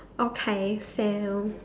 okay so